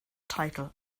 title